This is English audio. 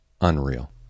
unreal